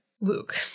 Luke